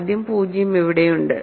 ആദ്യം 0 അവിടെയുണ്ട്